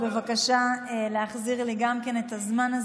אני מבקשת להחזיר לי את 30 השניות,